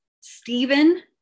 Stephen